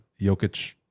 Jokic